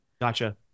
Gotcha